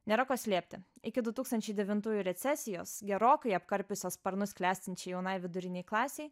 nėra ko slėpti iki du tūkstančiai devintųjų recesijos gerokai apkarpiusios sparnus klestinčiai jaunai vidurinei klasei